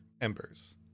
Embers